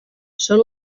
són